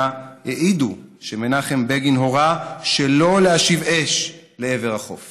העידו שמנחם בגין הורה שלא להשיב אש לעבר החוף